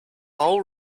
all